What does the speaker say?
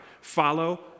follow